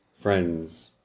friends